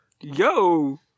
Yo